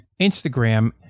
Instagram